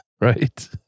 Right